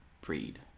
breed